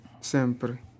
sempre